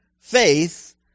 faith